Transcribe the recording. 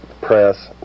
press